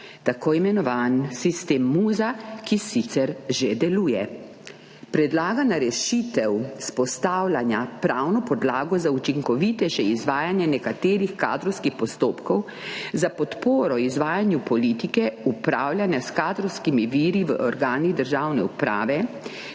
tako imenovan sistem MUZA, ki sicer že deluje. Predlagana rešitev vzpostavlja pravno podlago za učinkovitejše izvajanje nekaterih kadrovskih postopkov za podporo izvajanju politike upravljanja s kadrovskimi viri v organih državne uprave,